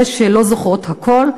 אלה שלא זוכרות הכול.